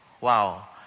Wow